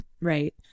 Right